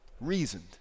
reasoned